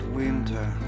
winter